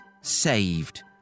Saved